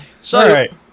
Sorry